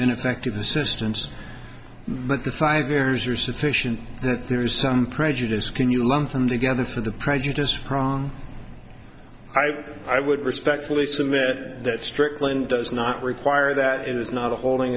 ineffective assistance but the five errors are sufficient that there is some prejudice can you learn from together for the prejudice prong i would respectfully submit that strickland does not require that it is not a holding